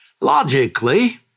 Logically